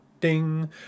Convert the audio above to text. ding